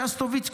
שסטוביץ,